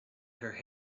her